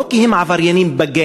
לא כי הם עבריינים בגנים,